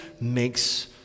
makes